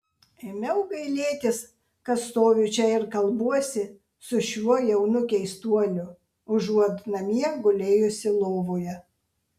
ėmiau gailėtis kad stoviu čia ir kalbuosi su šiuo jaunu keistuoliu užuot namie gulėjusi lovoje